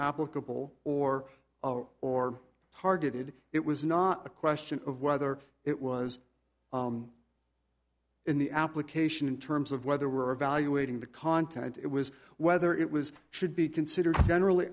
applicable or or targeted it was not a question of whether it was in the application in terms of whether we're evaluating the content it was whether it was should be considered generally